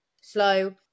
slow